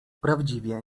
prawdziwie